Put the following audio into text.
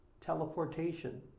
teleportation